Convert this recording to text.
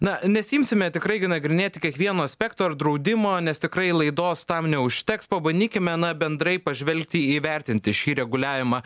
na nesiimsime tikrai nagrinėti kiekvieno aspekto ar draudimo nes tikrai laidos tam neužteks pabandykime na bendrai pažvelgti įvertinti šį reguliavimą